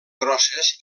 grosses